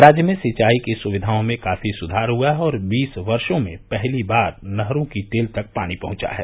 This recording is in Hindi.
राज्य में सिंचाई की सुविधाओं में काफी सुधार हुआ है और बीस वर्षो में पहली बार नहरों की टेल तक पानी पहुंचा है